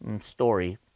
story